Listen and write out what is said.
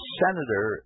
senator